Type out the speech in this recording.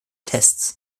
tests